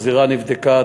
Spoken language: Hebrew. הזירה נבדקה,